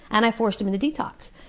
and i forced him into detox.